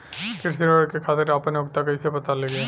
कृषि ऋण के खातिर आपन योग्यता कईसे पता लगी?